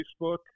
Facebook